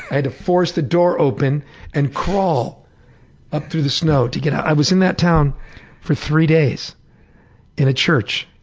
i had to force the door open and crawl up through the snow to get out. i was in that town for three days in a church.